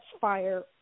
fire